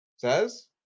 Says